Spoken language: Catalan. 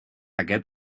aquest